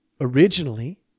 Originally